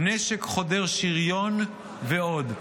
נשק חודר שריון ועוד.